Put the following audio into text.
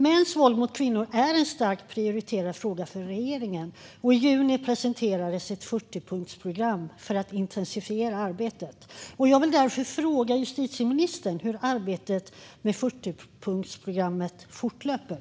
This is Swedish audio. Mäns våld mot kvinnor är en starkt prioriterad fråga för regeringen, och i juni presenterades ett 40-punktsprogram för att intensifiera arbetet. Jag vill därför fråga justitieministern hur arbetet med 40-punktsprogrammet fortlöper.